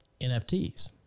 NFTs